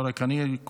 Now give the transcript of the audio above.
ולא רק אני,